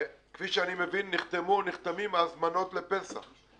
וכפי שאני מבין, נחתמו, נחתמים הזמנות לפסח.